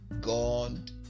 God